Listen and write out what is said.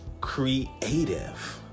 creative